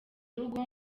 urugo